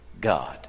God